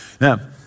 Now